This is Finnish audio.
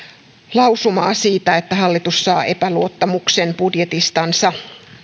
lausumaa siitä että hallitus saa epäluottamuksen budjetistansa